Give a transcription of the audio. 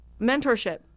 mentorship